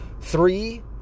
Three